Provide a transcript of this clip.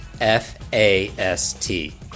F-A-S-T